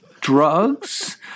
drugs